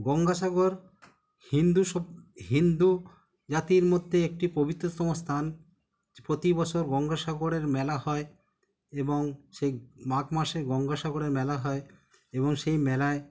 গঙ্গাসাগর হিন্দু সভ হিন্দু জাতির মধ্যে একটি পবিত্রতম স্থান প্রতি বছর গঙ্গাসাগরের মেলা হয় এবং সেই মাঘ মাসে গঙ্গাসাগরের মেলা হয় এবং সেই মেলায়